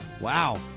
wow